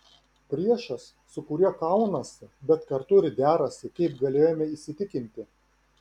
priešas su kuriuo kaunasi bet kartu ir derasi kaip galėjome įsitikinti